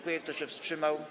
Kto się wstrzymał?